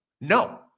no